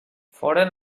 foren